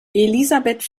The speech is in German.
elisabeth